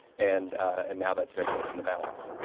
and and now that's very much in the balance.